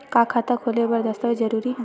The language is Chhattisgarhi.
का खाता खोले बर दस्तावेज जरूरी हे?